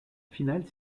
finale